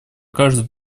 каждый